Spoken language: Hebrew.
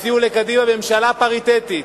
הציעו לקדימה ממשלה פריטטית,